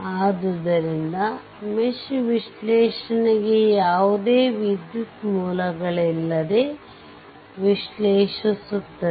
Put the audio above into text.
ಆದ್ದರಿಂದ ಮೆಶ್ ವಿಶ್ಲೇಷಣೆಗೆ ಯಾವುದೇ ವಿದ್ಯುತ್ ಮೂಲಗಳಿಲ್ಲದೆ ವಿಶ್ಲೇಷಿಸುತ್ತದೆ